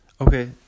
Okay